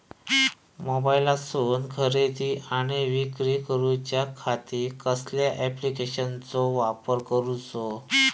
मोबाईलातसून खरेदी आणि विक्री करूच्या खाती कसल्या ॲप्लिकेशनाचो वापर करूचो?